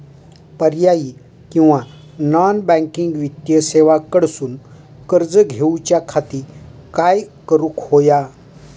पर्यायी किंवा non banking वित्तीय सेवा कडसून कर्ज घेऊच्या खाती काय करुक होया?